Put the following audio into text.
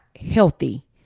healthy